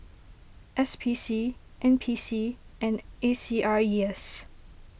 S P C N P C and A C R E S